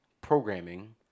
programming